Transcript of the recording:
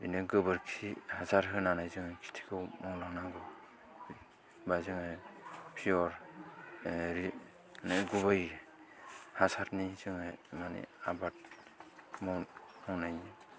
बिदिनो गोबोरखि हासार होनानै जोङो खेथिखौ मावलांनांगौ बा जोङो पिअर रि गुबै हासार नि जोङो माने आबाद मावनांनै